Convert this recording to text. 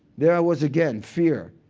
there i was again fear.